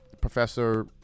professor